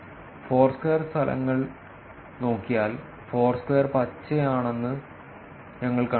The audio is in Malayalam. ഫോർസ്ക്വയർ ഫലങ്ങൾ നോക്കിയാൽ ഫോർസ്ക്വയർ പച്ചയാണെന്ന് ഞങ്ങൾ കണ്ടെത്തുന്നു